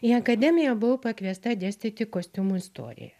į akademiją buvau pakviesta dėstyti kostiumo istoriją